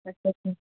अच्छा अच्छा